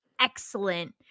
excellent